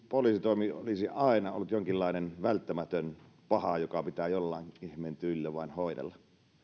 poliisitoimi olisi aina ollut jonkinlainen välttämätön paha joka pitää jollain ihmeen tyylillä vain hoidella